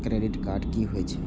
Credit card की होई छै?